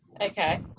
Okay